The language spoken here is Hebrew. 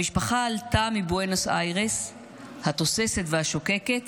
המשפחה עלתה מבואנוס איירס התוססת והשוקקת